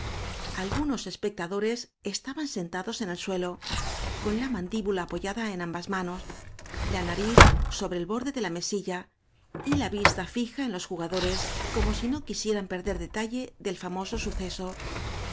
algunos espectadores estaban sentados en el suelo con la mandíbula apoya da en ambas manos la nariz sobre el borde de la mesilla y la vista fija en los jugadores como si no quisieran perder detalle del famoso suceso